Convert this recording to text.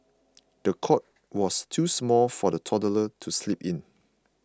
the cot was too small for the toddler to sleep in